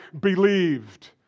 believed